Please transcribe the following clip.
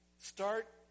start